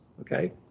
okay